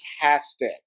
fantastic